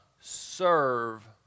serve